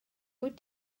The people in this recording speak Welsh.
wyt